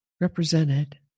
represented